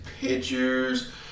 pictures